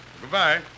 Goodbye